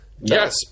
Yes